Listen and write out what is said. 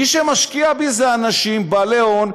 מי שמשקיע בי זה אנשים בעלי הון,